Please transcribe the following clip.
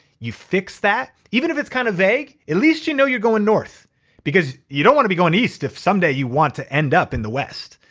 you fix that. even if it's kinda kind of vague. at least you know you're going north because you don't wanna be going east if someday you want to end up in the west.